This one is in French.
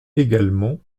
également